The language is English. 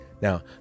Now